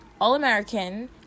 All-American